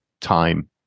time